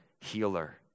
healer